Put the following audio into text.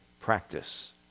practice